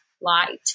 light